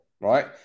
right